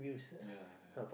ya ya